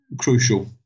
crucial